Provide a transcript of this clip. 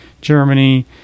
Germany